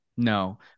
No